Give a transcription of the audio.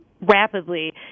rapidly